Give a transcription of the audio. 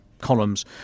columns